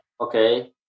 okay